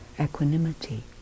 equanimity